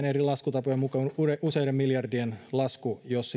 eri laskutapojen mukaan useiden miljardien lasku jos